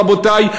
רבותי,